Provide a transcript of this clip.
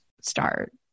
start